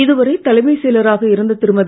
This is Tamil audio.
இதுவரை தலைமைச் செயலராக இருந்த திருமதி